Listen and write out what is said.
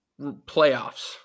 playoffs